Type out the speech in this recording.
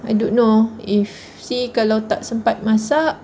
I don't know if see kalau tak sempat masak